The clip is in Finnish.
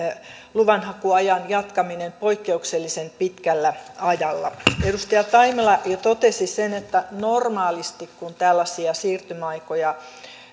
luvanhakuajan jatkaminen poikkeuksellisen pitkällä ajalla edustaja taimela jo totesi sen että kun normaalisti tällaisia siirtymäaikoja